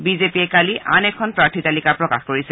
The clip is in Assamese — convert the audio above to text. বিজেপিয়ে কালি আন এখন প্ৰাৰ্থী তালিকা প্ৰকাশ কৰিছে